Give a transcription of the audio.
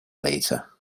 later